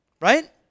right